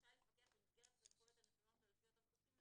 רשאי לפקח במסגרת הסמכויות הנתונות לו לפי אותם חוקים,